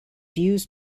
used